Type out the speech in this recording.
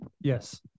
Yes